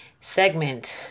segment